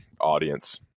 audience